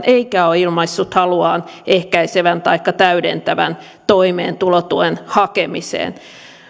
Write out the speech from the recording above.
eikä ole ilmaissut haluaan ehkäisevän taikka täydentävän toimeentulotuen hakemiseen